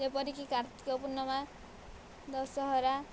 ଯେପରି କି କାର୍ତ୍ତିକ ପୂର୍ଣ୍ଣିମା ଦଶହରା